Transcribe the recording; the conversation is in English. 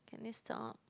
can they stop